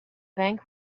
bank